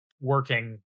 working